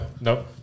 Nope